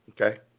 Okay